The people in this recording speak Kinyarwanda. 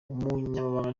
umunyamabanga